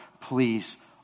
please